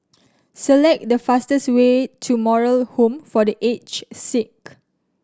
select the fastest way to Moral Home for The Aged Sick